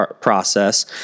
process